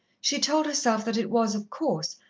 she told herself that it was, of course,